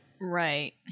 right